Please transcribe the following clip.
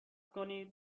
کنید